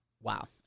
Wow